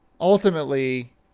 ultimately